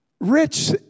Rich